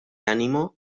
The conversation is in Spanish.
ánimo